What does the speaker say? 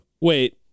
Wait-